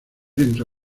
entre